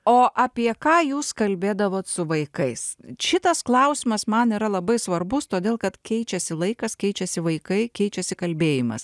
o apie ką jūs kalbėdavot su vaikais šitas klausimas man yra labai svarbus todėl kad keičiasi laikas keičiasi vaikai keičiasi kalbėjimas